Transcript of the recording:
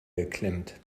geklemmt